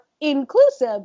inclusive